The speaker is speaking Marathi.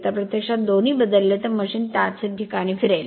जर प्रत्यक्षात दोन्ही बदलले तर मशीन त्याच ठिकाणी फिरेल